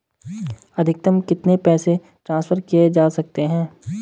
अधिकतम कितने पैसे ट्रांसफर किये जा सकते हैं?